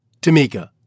Tamika